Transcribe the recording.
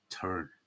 turn